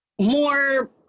More